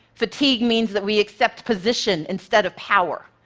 fatigue means that we accept position instead of power.